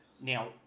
Now